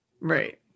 right